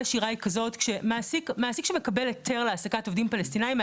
מעסיק שמקבל היתר להעסקת עובדים פלסטינים,